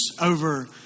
over